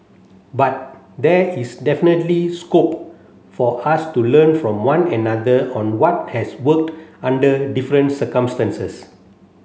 but there is definitely scope for us to learn from one another on what has worked under different circumstances